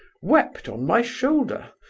wept on my shoulder.